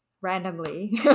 randomly